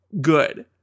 good